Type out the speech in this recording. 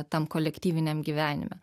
tam kolektyviniam gyvenime